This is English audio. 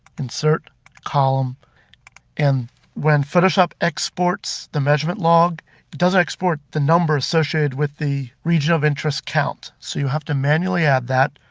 insert column and when photoshop exports the measurement log, it doesn't export the number associated with the region of interest count. so you have to manually add that,